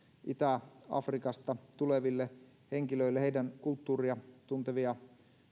itä afrikasta tuleville henkilöille heidän kulttuuriaan tuntevia